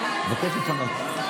מבקש לפנות.